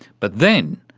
but then,